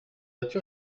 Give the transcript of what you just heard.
voiture